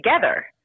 together